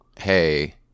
hey